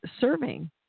serving